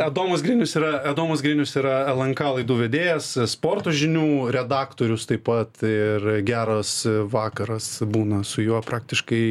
adomas grinius yra adomas grinius yra lnk laidų vedėjas sporto žinių redaktorius taip pat ir geras vakaras būna su juo praktiškai